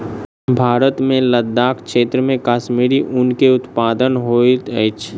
भारत मे लदाख क्षेत्र मे कश्मीरी ऊन के उत्पादन होइत अछि